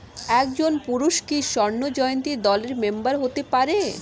একজন পুরুষ কি স্বর্ণ জয়ন্তী দলের মেম্বার হতে পারে?